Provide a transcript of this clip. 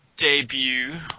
debut